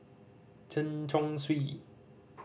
Chen Chong Swee